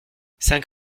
cinq